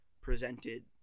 presented